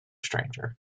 stranger